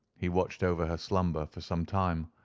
he watched over her slumber for some time,